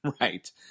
Right